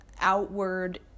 outward